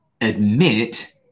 admit